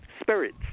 spirits